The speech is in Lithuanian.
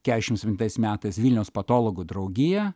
keturiasdešim septintais metais vilniaus patologų draugiją